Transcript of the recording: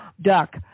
duck